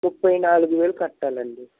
ముప్పై నాలుగు వేలు కట్టాలి అండి